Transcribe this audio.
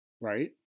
Right